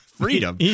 Freedom